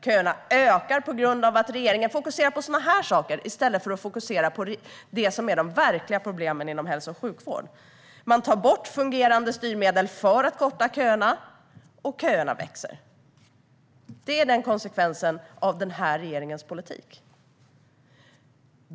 Köerna ökar på grund av att regeringen fokuserar på saker som dessa i stället för att fokusera på de verkliga problemen inom hälso och sjukvård. Man tar bort fungerande styrmedel för att korta köerna, men köerna växer. Detta är konsekvensen av den här regeringens politik.